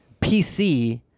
PC